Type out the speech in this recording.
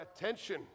attention